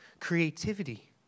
creativity